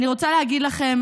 אני רוצה להגיד לכם